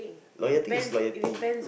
loyalty is loyalty